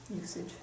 Usage